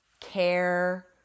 care